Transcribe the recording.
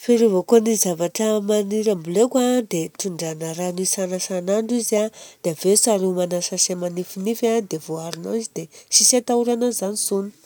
Fiarovako ny zavatra maniry amboleko an dia tondrana rano isanandrosanandro izy a, dia avy eo saromana sachet manifinify, dia voaarona ao izy dia tsy atahorana izany intsony.